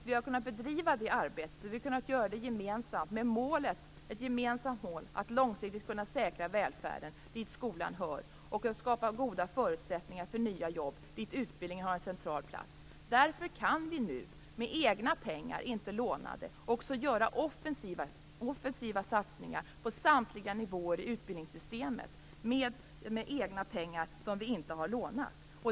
Vi har kunnat bedriva det arbetet gemensamt med målet att långsiktigt kunna säkra välfärden, dit skolan hör, och skapa goda förutsättningar för nya jobb, och där har utbildningen en central plats. Därför kan vi nu, med egna pengar - inte lånade, också göra offensiva satsningar på samtliga nivåer i utbildningssystemet.